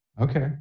Okay